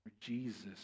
Jesus